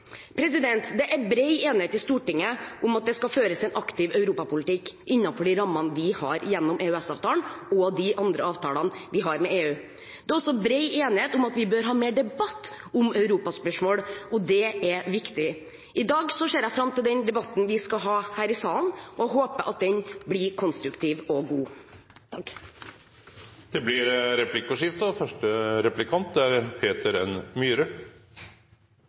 Det er bred enighet i Stortinget om at det skal føres en aktiv europapolitikk innenfor de rammene vi har gjennom EØS-avtalen, og de andre avtalene vi har med EU. Det er også bred enighet om at vi bør ha mer debatt om europaspørsmål, og det er viktig. I dag ser jeg fram til den debatten vi skal ha her i salen, og håper at den blir konstruktiv og god. Det blir replikkordskifte. Arbeiderpartiet og